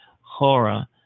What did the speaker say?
horror